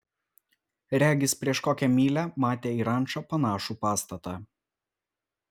regis prieš kokią mylią matė į rančą panašų pastatą